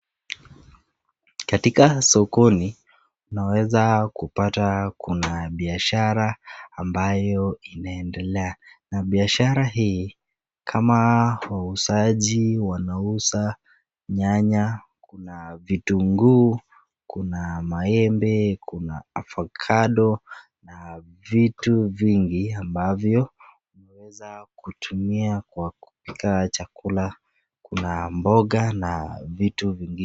Katika sokoni unaweza kupata kun biashara ambayo inaendelea, na biashara hii wauzaji wanauza nyanya, kuna vitunguu, kuna maembe, kuna avokado na vitu vingi ambavyo vinaweza kutumiwa kupika chakula. Kuna mboga na vitu vingine...